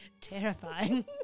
terrifying